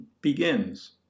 begins